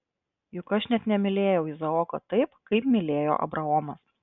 juk aš net nemylėjau izaoko taip kaip mylėjo abraomas